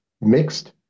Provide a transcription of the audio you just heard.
mixed